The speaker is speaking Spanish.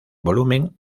volumen